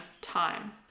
time